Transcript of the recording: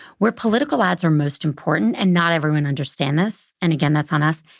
where political ads are most important, and not everyone understands this, and again, that's on us,